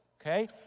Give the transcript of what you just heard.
okay